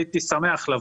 הייתי שמח לבוא.